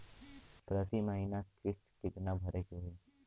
प्रति महीना किस्त कितना भरे के होई?